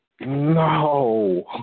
No